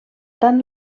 tant